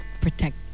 protect